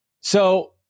So-